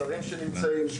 השרים שנמצאים.